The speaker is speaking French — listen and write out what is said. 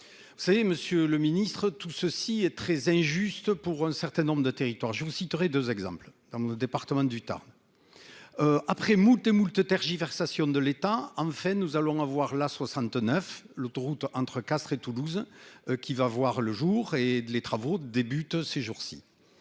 Vous savez, Monsieur le Ministre, tout ceci est très injuste pour un certain nombre de territoires. Je vous citerai 2 exemples dans mon département du ta. Après moultes et moultes tergiversations de l'État en fait, nous allons avoir la 69 l'autoroute entre Castres et Toulouse qui va voir le jour et de les travaux débutent ces jours-ci.